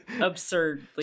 absurdly